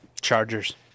Chargers